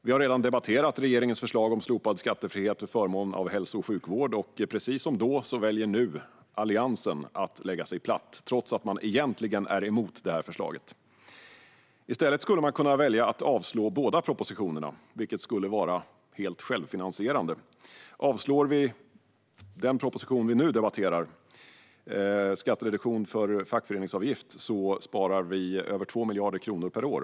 Vi har redan debatterat regeringens förslag om slopad skattefrihet för förmån av hälso och sjukvård, och precis som då väljer nu Alliansen att lägga sig platt, trots att man egentligen är emot förslaget. I stället skulle man kunna välja att avslå båda propositionerna. Det skulle vara helt självfinansierande. Om den proposition, om skattereduktion för fackföreningsavgift, som vi nu debatterar avslås sparar vi över 2 miljarder kronor per år.